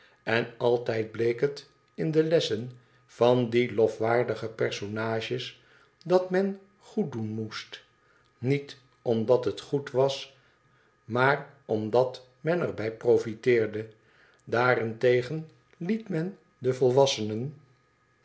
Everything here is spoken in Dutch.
en altijd bleek het in de lessen van die lofwaardige personages dat men goeddoen moest niet omdat het goed was maar omdat men er bij profiteerde daarentegen liet men de volwassenen